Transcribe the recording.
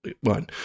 one